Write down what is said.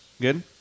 good